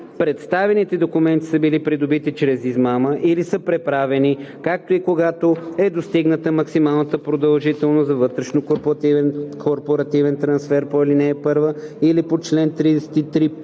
представените документи са били придобити чрез измама или са преправени, както и когато е достигната максималната продължителност на вътрешнокорпоративен трансфер по ал. 1 или по чл. 33п,